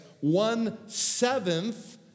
one-seventh